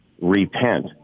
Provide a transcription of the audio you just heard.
Repent